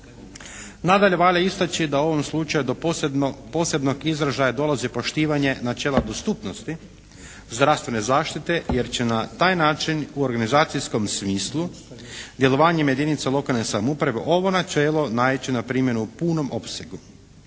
Nadalje, valja istaći da u ovom slučaju do posebnog izražaja dolazi poštivanje načela dostupnosti zdravstvene zaštite jer će na taj način u organizacijskom smislu djelovanjem jedinica lokalne samouprave ovo načelo naići na primjenu u punom opsegu.